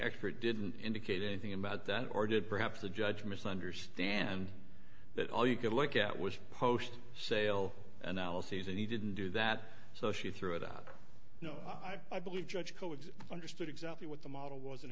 expert didn't indicate anything about that or did perhaps a judge misunderstand that all you could look at was post sale analyses and he didn't do that so she threw it out no i believe judge understood exactly what the model was